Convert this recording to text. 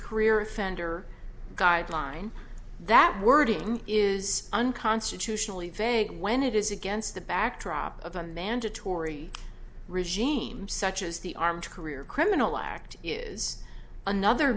career offender guideline that wording is unconstitutionally vague when it is against the backdrop of a mandatory regime such as the armed career criminal act is another